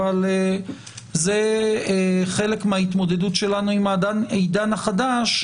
אבל זה חלק מההתמודדות שלנו עם העידן החדש,